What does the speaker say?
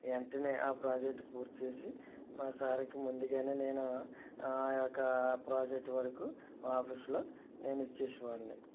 వెంటనే ఆ ప్రాజెక్టు పూర్తి చేసి మా సార్కి ముందుగానే నేను ఆ యొక్క ప్రాజెక్టు వరకు ఆఫీసులో నేను ఇచ్చేసేవాడిని